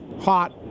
hot